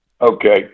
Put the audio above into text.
Okay